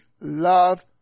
love